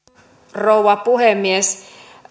rouva puhemies